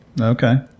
Okay